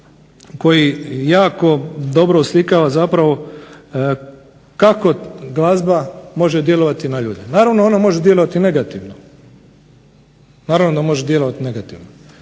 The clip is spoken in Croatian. koji jako dobro oslikava kako glazba može djelovati na ljude. Naravno ona može djelovati i negativno, naravno da može djelovati negativno.